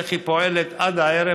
איך היא פועלת עד הערב,